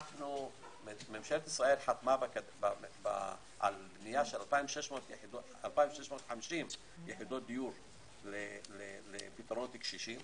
ממשלת ישראל חתמה על בניית 2,650 יחידות דיור לפתרונות לקשישים